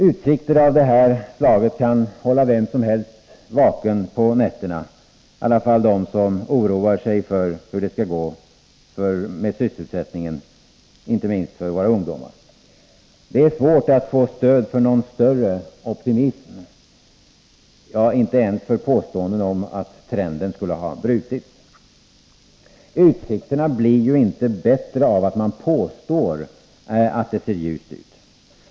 Utsikter av det här slaget kan hålla vem som helst vaken på nätterna — i varje fall den som oroar sig för hur det skall gå med sysselsättningen, inte minst för våra ungdomar. Det är svårt att få stöd för någon större optimism — ja, inte ens för påståenden om att trenden skulle ha brutits. Utsikterna blir ju inte bättre av att man påstår att det ser ljust ut.